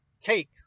take